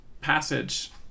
passage